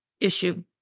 issue